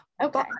Okay